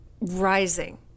rising